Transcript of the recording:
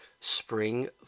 Spring